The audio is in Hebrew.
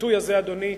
הביטוי הזה, אדוני,